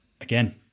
again